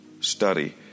study